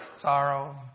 sorrow